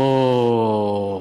בוא,